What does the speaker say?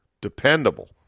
dependable